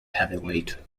heavyweight